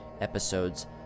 episodes